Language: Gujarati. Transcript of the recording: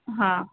હાં